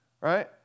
right